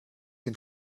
den